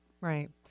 Right